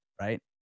Right